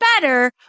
better